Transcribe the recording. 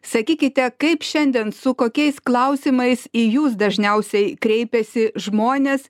sakykite kaip šiandien su kokiais klausimais į jus dažniausiai kreipiasi žmonės